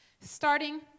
Starting